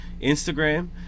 Instagram